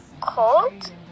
cold